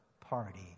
party